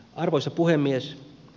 arvoisa puhemies